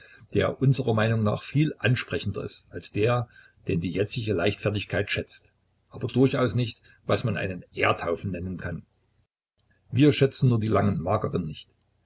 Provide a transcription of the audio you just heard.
der unserer meinung nach viel ansprechender ist als der den die jetzige leichtfertigkeit schätzt aber durchaus nicht was man einen erdhaufen nennen kann wir schätzen nur die langen mageren nicht